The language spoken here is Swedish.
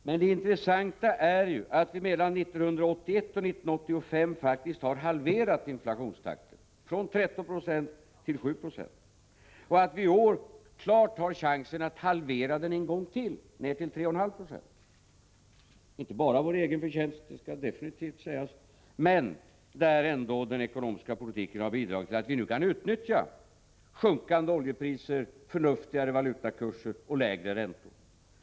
Men det intressanta är ju att vi mellan 1981 och 1985 faktiskt har halverat inflationstakten, från 13 2 till 7 Jo, och att vi i år klart har chansen att halvera den en gång till, ned till 3,5 90. Det är inte bara vår egen förtjänst — det skall klart sägas — men den ekonomiska politiken har ändå bidragit till att vi nu kan utnyttja sjunkande oljepriser, förnuftigare valutakurser och lägre räntor.